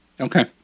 okay